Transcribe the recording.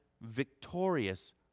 victorious